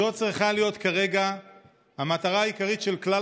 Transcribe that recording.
זו צריכה להיות כרגע המטרה העיקרית של כלל